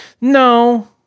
no